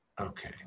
okay